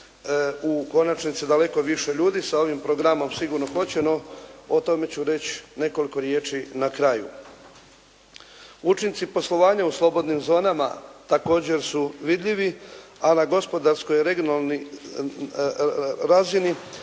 u konačnici daleko više ljudi sa ovim programom, sigurno hoće. No o tome ću reći nekoliko riječi na kraju. Učinci poslovanja u slobodnim zonama, također su vidljivi, a na gospodarsko regionalnoj razini,